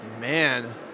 man